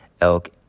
elk